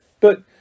But